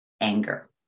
anger